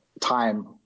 time